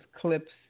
clips